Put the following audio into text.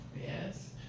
Yes